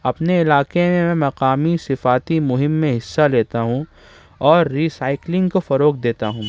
اپنے علاقے میں میں مقامی صفاتی مہم میں حصہ لیتا ہوں اور ریسائکلنگ کو فروغ دیتا ہوں